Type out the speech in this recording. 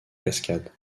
cascades